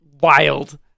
wild